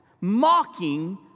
Mocking